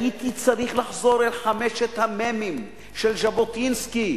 הייתי צריך לחזור אל חמשת המ"מים של ז'בוטינסקי,